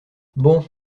bon